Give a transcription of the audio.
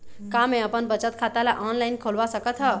का मैं अपन बचत खाता ला ऑनलाइन खोलवा सकत ह?